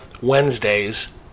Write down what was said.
Wednesdays